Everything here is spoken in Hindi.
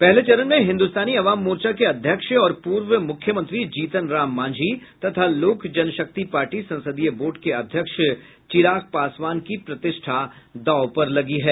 पहले चरण में हिन्दुस्तानी अवाम मोर्चा के अध्यक्ष और पूर्व मुख्यमंत्री जीतनराम मांझी तथा लोक जनशक्ति पार्टी संसदीय बोर्ड के अध्यक्ष चिराग पासवान की प्रतिष्ठा दांव पर लगी है